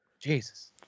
Jesus